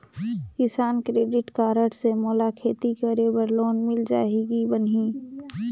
किसान credit card से मोला खेती करे बर लोन मिल जाहि की बनही??